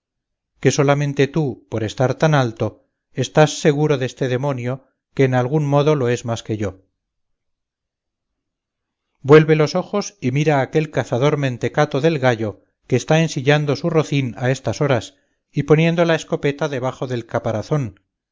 que solamente tú por estar tan alto estás seguro deste demonio que en algún modo lo es más que yo vuelve los ojos y mira aquel cazador mentecato del gallo que está ensillando su rocín a estas horas y poniendo la escopeta debajo del caparazón